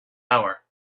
hour